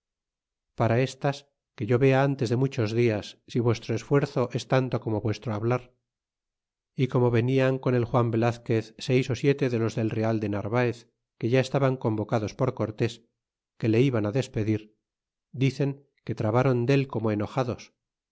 para estas que yo vea antes de muchos dias si vuestro esfuerzo es tanto como vuestro hablar y como venian con el juan velazquez seis ó siete de los del real de narvaez que ya estaban convocados por cortés que le iban á despedir dicen que trabaron del como enojados